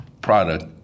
product